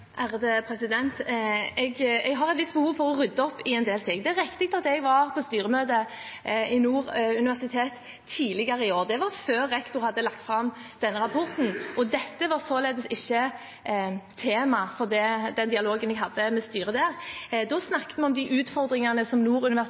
Jeg har et visst behov for å rydde opp i en del ting. Det er riktig at jeg var på styremøte i Nord universitet tidligere i år. Det var før rektor hadde lagt fram denne rapporten, og dette var således ikke tema for den dialogen jeg hadde med styret der. Da snakket vi om de utfordringene som